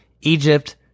Egypt